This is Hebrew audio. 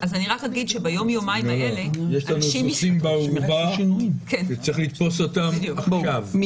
יש לנו סוסים באורווה וצריך לתפוס אותם עכשיו.